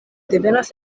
devenas